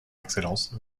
excellence